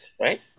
right